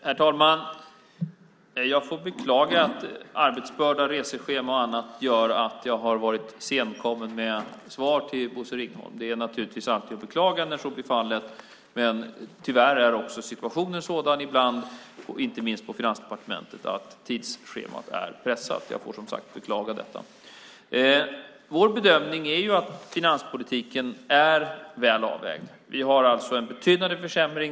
Herr talman! Jag får beklaga att arbetsbörda, reseschema och annat gjort att jag varit sen med att ge svar till Bosse Ringholm. Det är naturligtvis alltid att beklaga när så blir fallet, men tyvärr är situationen ibland sådan, inte minst på Finansdepartementet, att tidsschemat är pressat. Jag får som sagt beklaga detta. Vår bedömning är att finanspolitiken är väl avvägd. Vi har alltså en betydande försämring.